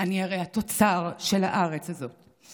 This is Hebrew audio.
אני הרי התוצר של הארץ הזאת,